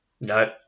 No